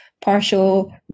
partial